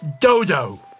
Dodo